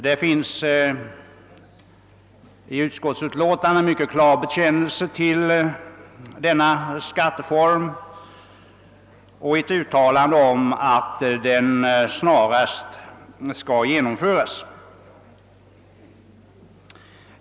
I bevillningsutskottets betänkande finns en mycket klar bekännelse till den skatteformen och ett uttalande om att den snarast bör genomföras.